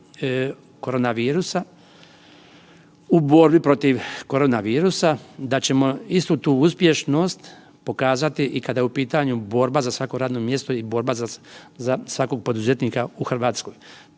korona virusa u borbi protiv korona virusa da ćemo istu tu uspješnost pokazati i kada je u pitanju borba za svako radno mjesto i borba za svakog poduzetnika u Hrvatskoj.